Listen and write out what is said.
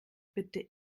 bitte